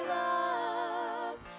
love